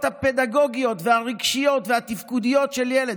הפדגוגיות והרגשיות והתפקודיות של ילד.